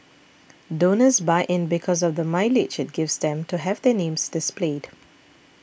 donors buy in because of the mileage it gives them to have their names displayed